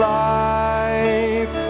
life